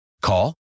Call